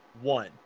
one